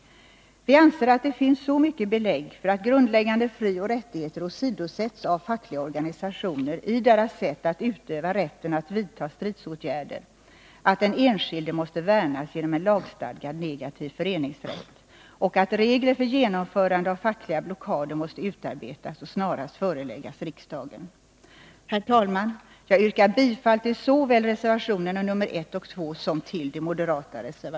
Vi anser att det finns så mycket belägg för att grundläggande frioch rättigheter åsidosätts av fackliga organisationer i deras sätt att utöva rätten att vidta stridsåtgärder att den enskilde måste värnas genom en lagstadgad negativ föreningsrätt och att regler för genomförande av fackliga blockader måste utarbetas och snarast föreläggas riksdagen. Herr talman! Jag yrkar bifall till de moderata reservationerna 1, 4, 9, 10 och 11.